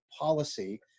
policy